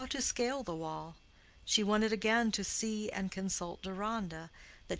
how to scale the wall she wanted again to see and consult deronda,